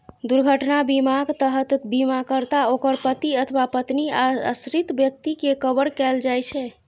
दुर्घटना बीमाक तहत बीमाकर्ता, ओकर पति अथवा पत्नी आ आश्रित व्यक्ति कें कवर कैल जाइ छै